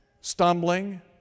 stumbling